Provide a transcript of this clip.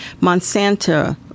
Monsanto